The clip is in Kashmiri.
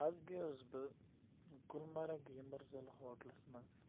اَز گٔیوس بہٕ گُلمرگ یمرزلہٕ ہوٹلَس منٛز